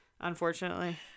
unfortunately